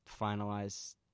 finalize